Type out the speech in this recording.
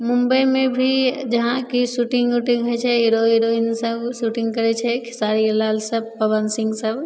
मुम्बइमे भी जहाँ कि शूटिंग उटिंग होइ छै हीरो हिरोइन सभ शूटिंग करै छै खेसारी लाल सभ पवन सिंह सभ